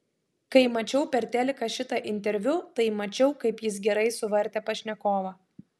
kai mačiau per teliką šitą interviu tai mačiau kaip jis gerai suvartė pašnekovą